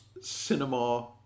cinema